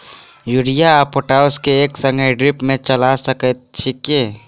Urea आ potash केँ एक संगे ड्रिप मे चला सकैत छी की?